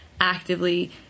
actively